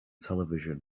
television